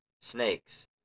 snakes